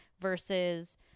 versus